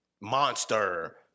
monster